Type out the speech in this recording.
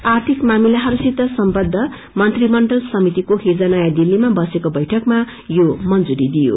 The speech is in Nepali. आर्थिक मामिलाहरूसित सम्बन्ध मंत्रीमण्डल समितिको हिज नयाँ दिल्लीमा बसेको बैइकमा यो मुजुरी दिइयो